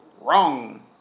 Wrong